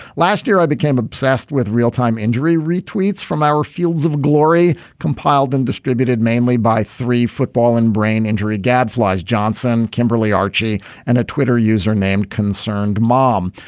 last year i became obsessed with real time injury. weeds from our fields of glory compiled and distributed mainly by three football and brain injury gadflies johnson kimberly archie and a twitter user named concerned mom.